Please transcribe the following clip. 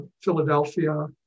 Philadelphia